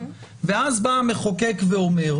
ואז בא המחוקק ואומר: